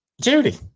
Judy